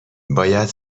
باید